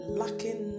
lacking